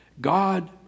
God